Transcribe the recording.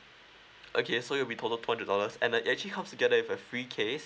okay so it'll be total two hundred dollars and uh it actually comes together with a free case